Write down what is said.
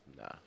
nah